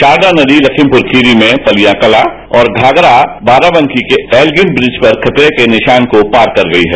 शारदा नदी लखीमपुर खीरी में पलियां कला और घाघरा बाराबंकी के एलगीर ब्रिज पर खतरे के निशान को पार कर गई है